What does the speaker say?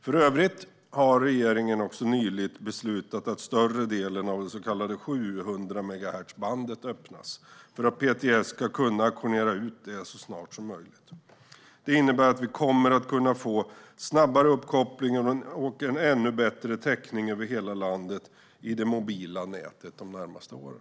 För övrigt har regeringen nyligen beslutat att större delen av det så kallade 700-megahertzbandet ska öppnas för att PTS ska kunna auktionera ut det så snart som möjligt. Det innebär att vi kommer att kunna få snabbare uppkoppling och ännu bättre täckning över hela landet i det mobila nätet de närmaste åren.